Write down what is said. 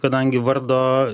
kadangi vardo